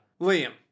Liam